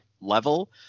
level